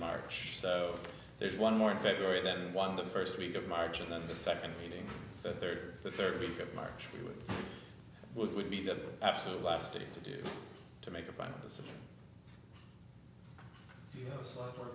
march there's one more in february then one the first week of march and then the second reading the third the third week of march which would be the absolute last day to do to make a final decision